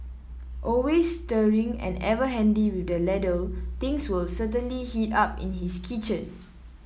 always stirring and ever handy with the ladle things will certainly heat up in his kitchen